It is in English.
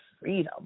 freedom